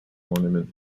ornament